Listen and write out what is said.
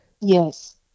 Yes